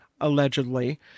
allegedly